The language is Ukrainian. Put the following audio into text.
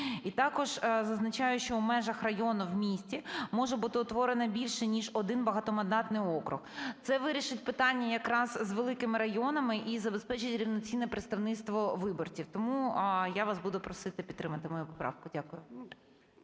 також зазначаю, що в межах району в місті може бути утворено бути більше ніж один багатомандатний округ. Це вирішить питання якраз з великими районами і забезпечить рівноцінне представництво виборців. Тому я вас буду просити підтримати мою поправку. Дякую.